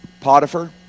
Potiphar